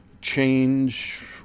change